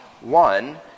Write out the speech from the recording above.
One